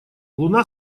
луна